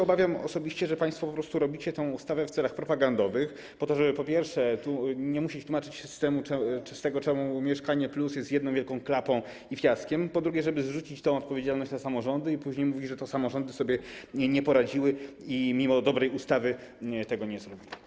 Obawiam się osobiście, że państwo po prostu robicie tę ustawę w celach propagandowych, po to żeby, po pierwsze, nie musieć tłumaczyć się z tego, dlaczego „Mieszkanie+” jest jedną wielką klapą i fiaskiem, po drugie, zrzucić odpowiedzialność na samorządy i później mówić, że to samorządy sobie nie poradziły i mimo dobrej ustawy tego nie zrobiły.